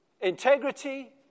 integrity